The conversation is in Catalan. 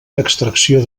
extracció